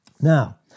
Now